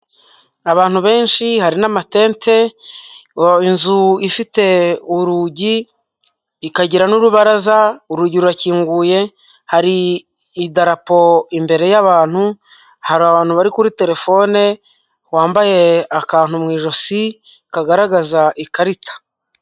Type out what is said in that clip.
Abantu benshi hari n'amatete, inzu ifite urugi ikagira n'urubaraza, urugi rurakinguye, hari idarapo imbere y'abantu, hari abantu bari kuri telefone, wambaye akantu mu ijosi kagaragaza ikarita.